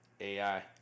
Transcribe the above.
AI